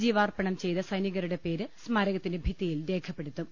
ജീവാർപ്പണം ചെയ്ത സൈനികരുടെ പേര് സ്മാരകത്തിന്റെ ഭിത്തിയിൽ രേഖപ്പെടുത്തും